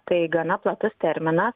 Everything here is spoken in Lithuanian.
tai gana platus terminas